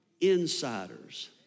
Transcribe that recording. insiders